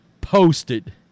posted